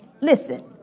Listen